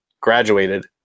graduated